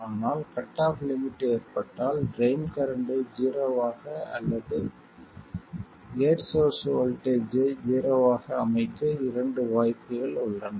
ஆனால் cut off limit ஏற்பட்டால் drain கரண்ட்டை ஜீரோவாக அல்லது கேட் சோர்ஸ் வோல்ட்டேஜ் ஐ ஜீரோவாக அமைக்க இரண்டு வாய்ப்புகள் உள்ளன